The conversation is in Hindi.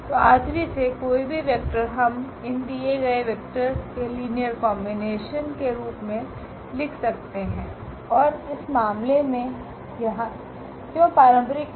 तो ℝ3 से कोई भी वेक्टर हम इन दिए गए वेक्टर्स के लीनियर कॉम्बिनेशन के रूप में लिख सकते हैं और इस मामले में यह क्यों पारंपरिक है